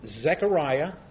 Zechariah